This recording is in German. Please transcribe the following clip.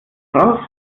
raus